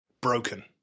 broken